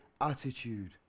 attitude